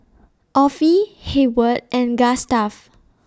Offie Hayward and Gustav